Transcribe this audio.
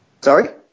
Sorry